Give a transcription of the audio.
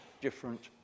different